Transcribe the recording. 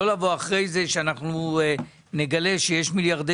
שלא נבוא אחר כך ונגלה שיש מיליארדי